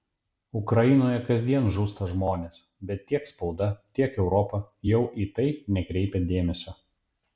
ukrainoje kasdien žūsta žmonės bet tiek spauda tiek europa jau į tai nekreipia dėmesio